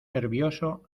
nervioso